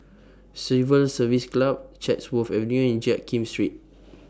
Civil Service Club Chatsworth Avenue and Jiak Kim Street